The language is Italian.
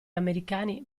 americani